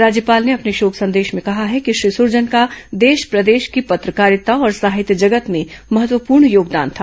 राज्यपाल ने अपने शोक संदेश में कहा है कि श्री सुरजन का देश प्रदेश की पत्रकारिता और साहित्य जगत में महत्वपूर्ण योगदान था